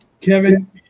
Kevin